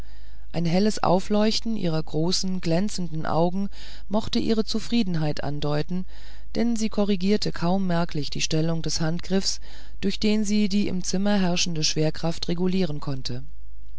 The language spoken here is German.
ein helles aufleuchten ihrer großen glänzenden augen mochte ihre zufriedenheit andeuten denn sie korrigierte kaum merklich die stellung des handgriffs durch den sie die im zimmer herrschende schwerkraft regulieren konnte